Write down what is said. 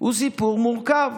הוא סיפור מורכב.